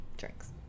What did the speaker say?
drinks